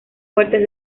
fuertes